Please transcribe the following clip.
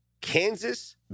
Kansas